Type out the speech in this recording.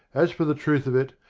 as for the truth of it,